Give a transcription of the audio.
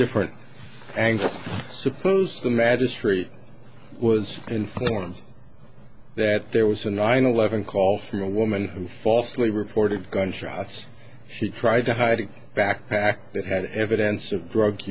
different angle suppose the magistrate was informed that there was a nine eleven call from a woman who falsely reported gunshots she tried to hide it backpack that had evidence of drug